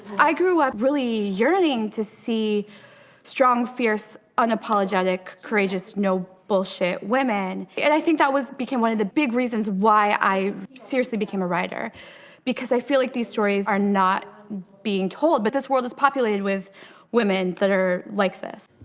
i grew up really yearning to see strong, fierce, unapologetic, courageous, no-bullshit women and i think that was one of the big reasons why i seriously became a writer because i feel like these stories are not being told. but this world is populated with women who are like this.